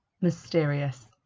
mysterious